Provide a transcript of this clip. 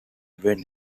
when